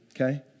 Okay